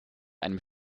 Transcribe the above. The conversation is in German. einem